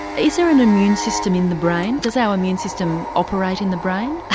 is there an immune system in the brain? does our immune system operate in the brain?